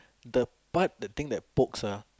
the part the thing that pokes ah